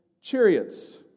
chariots